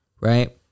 right